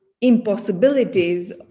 impossibilities